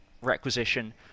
Requisition